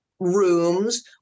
rooms